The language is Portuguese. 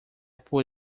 por